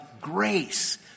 grace